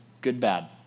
good-bad